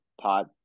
pot